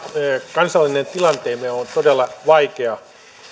kansallinen tilanteemme on todella vaikea